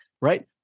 right